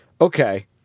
okay